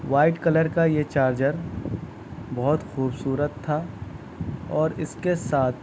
white colour کا یہ charger بہت خوبصورت تھا اور اس کے ساتھ